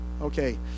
Okay